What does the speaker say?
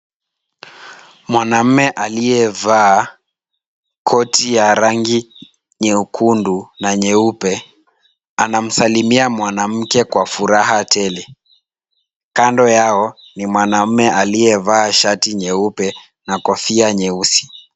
Mwanamume aliyevaa koti ya rangi nyekundu na nyeupe, anamsalimia mwanamke kwa furaha tele. Kando yao ni mwanamume aliyevaa shati nyeupe na kofia nyeusi.